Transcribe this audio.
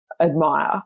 admire